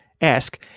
ask